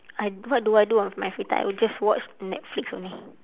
I what do I do on my free time I will just watch netflix only